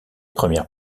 premières